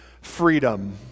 freedom